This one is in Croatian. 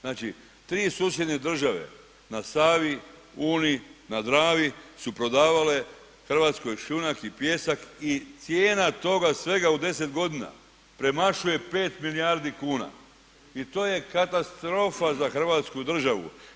Znači, 3 susjedne države na Savi, Uni, na Dravi su prodavale Hrvatskoj šljunak i pijesak i cijena toga svega u 10 godina premašuje 5 milijardi kuna i to je katastrofa za Hrvatsku državu.